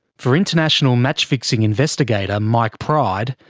for international match fixing investigator mike pride,